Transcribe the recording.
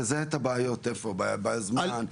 תזהה את הבעיות, בזמן,